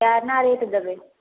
कोना रेट देबै